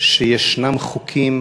שיש חוקים